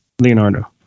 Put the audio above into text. Leonardo